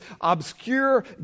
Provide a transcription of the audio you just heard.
obscure